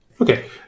Okay